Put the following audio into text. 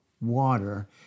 water